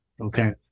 Okay